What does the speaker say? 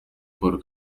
paul